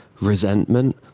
resentment